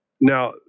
Now